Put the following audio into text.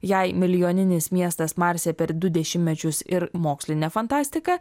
jei milijoninis miestas marse per du dešimtmečius ir mokslinė fantastika